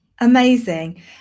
amazing